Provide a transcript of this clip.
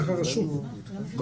כך כתוב בנוהל.